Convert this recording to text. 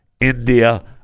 India